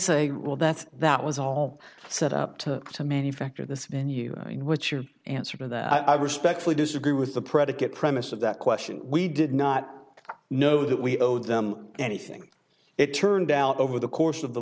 say well that that was all set up to to manufacture this venue in which your answer to that i respectfully disagree with the predicate premise of that question we did not know that we owe them anything it turned out over the course of the